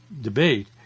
debate